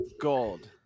gold